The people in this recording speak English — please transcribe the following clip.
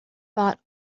bought